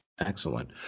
Excellent